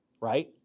right